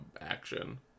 action